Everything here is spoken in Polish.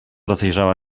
rozejrzała